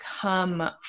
come